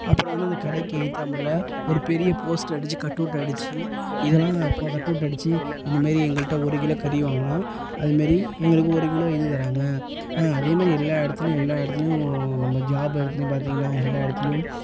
அப்புறம் வந்து இந்த கடைக்கு எதித்தாம்முள்ள ஒரு பெரிய போஸ்ட்ரு அடிச்சு கட்டவுட் அடிச்சு இதெல்லாம் அப்போ கட்டவுட் அடிச்சு இதுமாரி எங்கள்கிட்ட ஒரு கிலோ கறி வாங்கினா அதமாரி எங்களுக்கு ஒரு கிலோ இது தராங்க அதேமாரி எல்லா இடத்துலியும் எல்லா இடத்துலியும் நம்ம ஜாப் இடத்துலியும் பார்த்திங்கன்னா எல்லா இடத்துலியும்